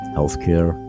healthcare